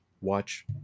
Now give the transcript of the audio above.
watch